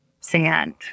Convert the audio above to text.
sand